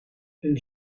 een